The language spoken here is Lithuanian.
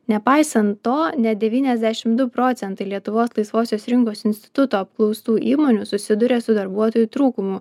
nepaisant to net devyniasdešim du procentai lietuvos laisvosios rinkos instituto apklaustų įmonių susiduria su darbuotojų trūkumu